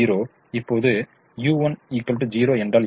இப்போது u1 0 என்றால் என்ன